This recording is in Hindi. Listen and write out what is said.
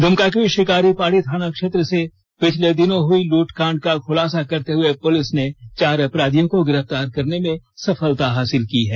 दुमका के शिकारीपाड़ा थाना क्षेत्र में पिछले दिनों हुई लूटकांड का खुलासा करते हुए पुलिस ने चार अपराधियों को गिरफतार करने में सफलता हासिल की है